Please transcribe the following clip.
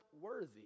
worthy